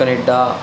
Canada